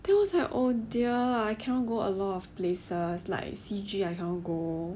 then is like oh dear I cannot go a lot of places like C_G I cannot go